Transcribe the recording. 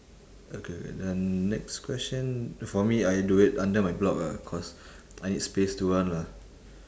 okay K then next question for me I do it under my block ah cause I need space to run lah